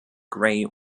grey